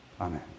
Amen